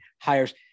hires